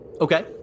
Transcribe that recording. Okay